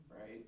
right